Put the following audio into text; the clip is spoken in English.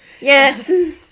yes